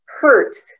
hurts